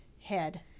head